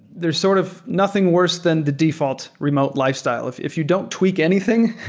there's sort of nothing worse than the default remote lifestyle. if if you don't tweak anything,